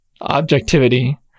objectivity